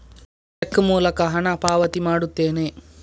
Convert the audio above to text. check ಮೂಲಕ ಹಣ ಪಾವತಿ ಮಾಡುತ್ತೇನೆ